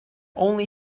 only